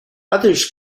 others